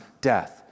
death